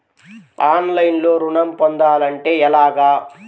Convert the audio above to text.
ఆన్లైన్లో ఋణం పొందాలంటే ఎలాగా?